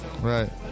right